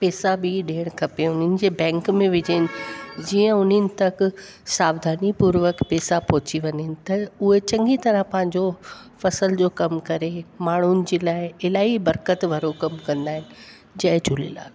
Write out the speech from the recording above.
पैसा बि ॾियणु खपे उन्हनि जे बैंक में विझेन जीअं उन्हनि तक सावधानी पुर्वक पैसा पहुची वञे त उहे चङी तरह पंहिंजो फसल जो कमु करे माण्हुनि जे लाइ इलाही बरक़त भरो कमु कंदा आहिनि जय झूलेलाल